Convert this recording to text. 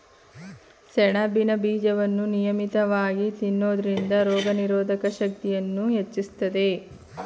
ಸೆಣಬಿನ ಬೀಜವನ್ನು ನಿಯಮಿತವಾಗಿ ತಿನ್ನೋದ್ರಿಂದ ರೋಗನಿರೋಧಕ ಶಕ್ತಿಯನ್ನೂ ಹೆಚ್ಚಿಸ್ತದೆ